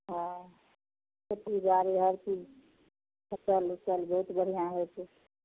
हँ खेतीबाड़ी हर चीज फसल उसल बहुत बढ़िआँ होइ छै